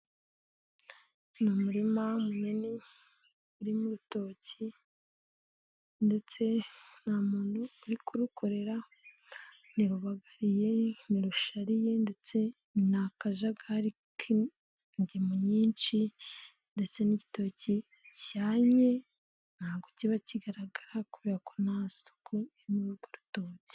Umurima munini, urimo urutoki ndetse nta muntu uri kurukorera, ntirubagariye, ntirushariye ndetse n'akajagari k'ingemu nyinshi ndetse n'igitoki cyannye ntabwo kiba kigaragara kubera ko nta suku iri muri urwo rutoki.